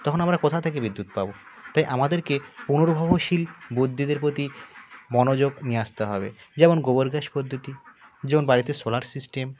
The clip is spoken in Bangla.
তখন আমরা কোথা থেকে বিদ্যুৎ পাব তাই আমাদেরকে পুনর্ভবশীল বিদ্যুতের প্রতি মনোযোগ নিয়ে আসতে হবে যেমন গোবর গ্যাস পদ্ধতি যেমন বাড়িতে সোলার সিস্টেম